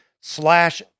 slash